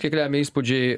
kiek lemia įspūdžiai